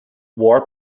war